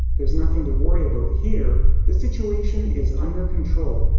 there is nothing to worry about here, the situation is under control.